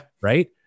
Right